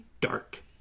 dark